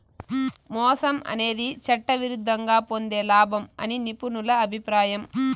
మోసం అనేది చట్టవిరుద్ధంగా పొందే లాభం అని నిపుణుల అభిప్రాయం